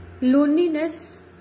Loneliness